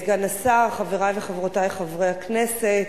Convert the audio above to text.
סגן השר, חברי וחברותי חברי הכנסת,